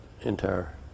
entire